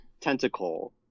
tentacle